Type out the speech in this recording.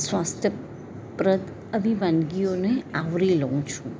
સ્વાસ્થ્યપ્રદ અને વાનગીઓને આવરી લઉં છું